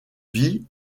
vit